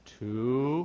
two